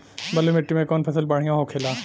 बलुई मिट्टी में कौन फसल बढ़ियां होखे ला?